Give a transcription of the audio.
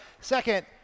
Second